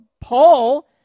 Paul